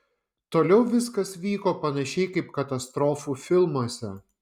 toliau viskas vyko panašiai kaip katastrofų filmuose